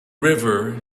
river